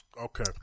Okay